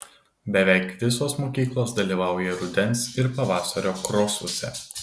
beveik visos mokyklos dalyvauja rudens ir pavasario krosuose